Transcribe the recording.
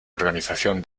organización